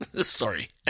Sorry